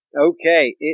Okay